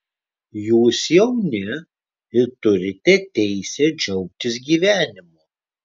jūs jauni ir turite teisę džiaugtis gyvenimu